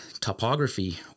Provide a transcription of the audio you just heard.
topography